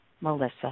Melissa